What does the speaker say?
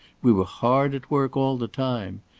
we were hard at work all the time.